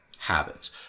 habits